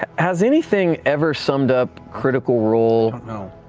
has anything ever summed up critical role